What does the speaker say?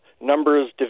numbers